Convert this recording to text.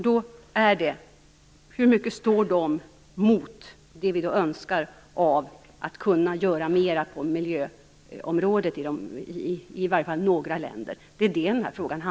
Då är frågan: Hur mycket står detta i motsats till vad vi önskar när det gäller att, i varje fall i några länder, göra mer på miljöområdet?